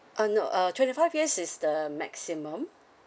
uh no uh twenty five years is the maximum